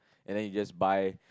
and then you just buy